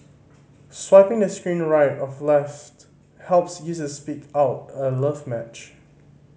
swiping the screen right of left helps users pick out a love match